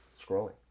scrolling